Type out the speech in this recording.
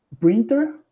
printer